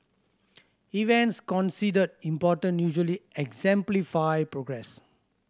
events considered important usually exemplify progress